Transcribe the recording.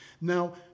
Now